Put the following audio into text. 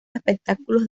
espectáculos